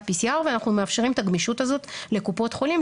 PCR ואנחנו מאפשרים את הגמישות הזאת לקופות החולים,